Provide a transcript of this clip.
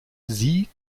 sie